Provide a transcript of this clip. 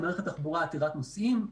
מערכת תחבורה עתירת נוסעים,